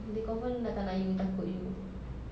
they confirm nak tak nak you takut you